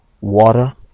water